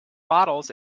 bottles